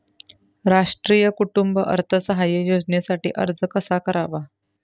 राष्ट्रीय कुटुंब अर्थसहाय्य योजनेसाठी अर्ज कसा करावा?